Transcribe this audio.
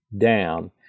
down